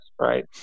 right